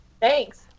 Thanks